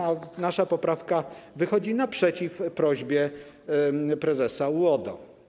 A nasza poprawka wychodzi naprzeciw prośbie prezesa UODO.